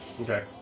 Okay